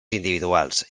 individuals